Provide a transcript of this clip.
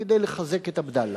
כדי לחזק את עבדאללה,